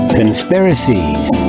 conspiracies